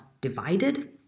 divided